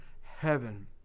heaven